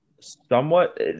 somewhat